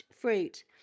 fruit